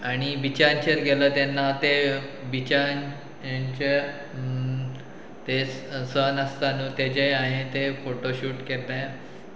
आनी बिचांचेर गेलो तेन्ना ते बिचचे ते सन आसता न्हू तेजे हांवें ते फोटो शूट केले